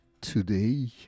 today